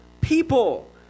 people